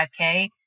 5K